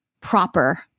proper